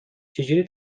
چجوری